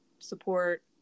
support